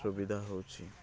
ସୁବିଧା ହଉଛି